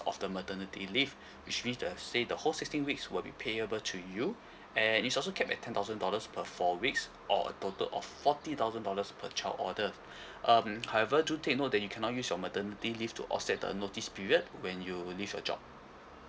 of the maternity leave which mean to have say the whole sixteen weeks will be payable to you and is also capped at ten thousand dollars per four weeks or a total of forty thousand dollars per child order um however do take note that you cannot use your maternity leave to offset the notice period when you leave your job